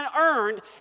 earned